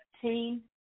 team